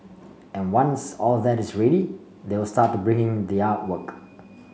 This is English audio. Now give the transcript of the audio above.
and once all that is ready they will start to bring in the artwork